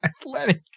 Athletic